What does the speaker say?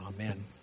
Amen